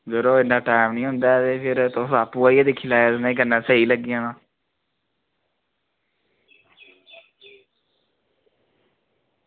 यरो इन्ना टाईम निं होंदा ऐ तुस आपूं आह्नियै दिक्खी लैयो ते कन्नै तुसेंगी स्हेई लग्गी जाना